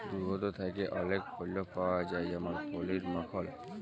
দুহুদ থ্যাকে অলেক পল্য পাউয়া যায় যেমল পলির, মাখল